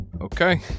Okay